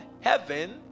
heaven